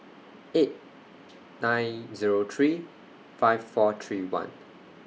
eight nine Zero three five four three one